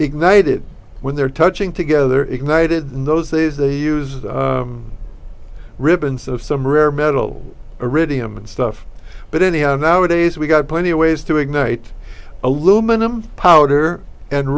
ignited when they're touching together ignited in those days they used ribbons of some rare metal or redeem and stuff but anyhow nowadays we've got plenty of ways to ignite aluminum powder and